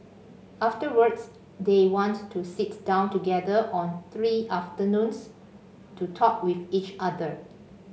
afterwards they want to sit down together on three afternoons to talk with each other